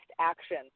action